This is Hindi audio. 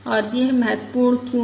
और यह महत्वपूर्ण क्यों है